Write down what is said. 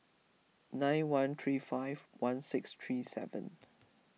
nine one three five one six three seven